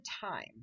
time